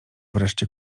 wreszcie